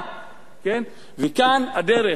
וכאן הדרך,